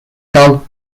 called